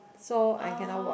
so I cannot watch